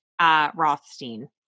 Rothstein